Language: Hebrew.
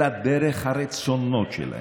אלא דרך הרצונות שלהם,